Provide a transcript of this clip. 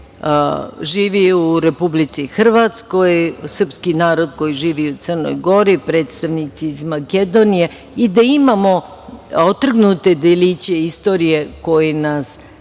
živi u Republici Hrvatskoj, srpski narod koji živi u Crnoj Gori, predstavnici iz Makedonije i da imao otrgnute deliće istorije koji nas spajaju